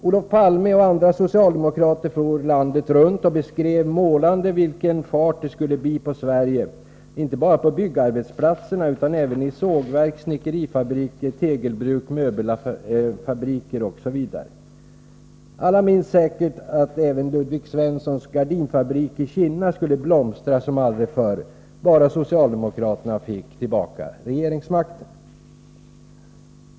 Olof Palme och andra socialdemokrater for landet runt och beskrev målande vilken fart det skulle bli på Sverige - inte bara på byggarbetsplatserna, utan även i sågverk, snickerifabriker, tegelbruk, möbelfabriker osv. Alla minns säkert att även Ludvig Svenssons Gardinfabrik i Kinna skulle blomstra som aldrig förr bara socialdemokraterna fick tillbaka regeringsmakten.